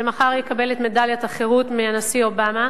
שמחר יקבל את מדליית החירות מהנשיא אובמה,